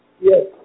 Yes